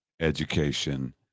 education